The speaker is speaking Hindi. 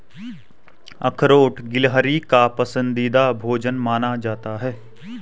अखरोट गिलहरी का पसंदीदा भोजन माना जाता है